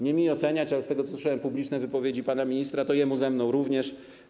Nie mi oceniać, ale z tego, co słyszałem publiczne wypowiedzi pana ministra, to jemu ze mną również.